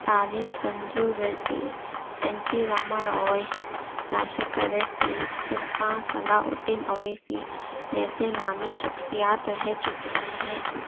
تعلیم سنجو ریڈی اینٹی راما رائے راشیکا ریڈی سلطان صلاح الدین اویسی جیسے نامی شخصیات رہ چکے ہیں